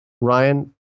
Ryan